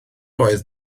oedd